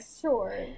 sure